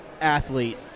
athlete